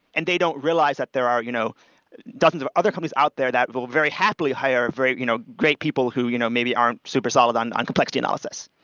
and they don't realize that there are you know dozens of other companies out there that will very happily hire you know great people who you know maybe aren't super solid on on complexity analysis.